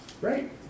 Right